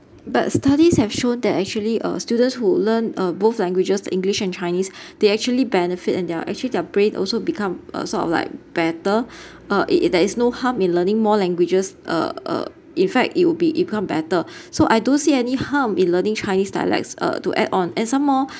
but studies have shown that actually uh students who learn uh both languages english and chinese they actually benefit and they're actually their brain also become a sort of like better uh it it there is no harm in learning more languages uh uh in fact it will be even better so I don't see any harm in learning chinese dialects uh to add on and some more